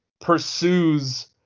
pursues